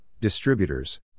distributors